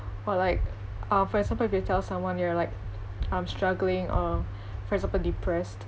or like uh for example if you tell someone you're like I'm struggling or for example depressed